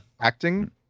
acting